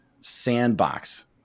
sandbox